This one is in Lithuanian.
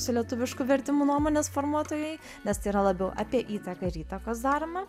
su lietuvišku vertimu nuomonės formuotojai nes tai yra labiau apie įtaką ir įtakos darymą